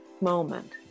moment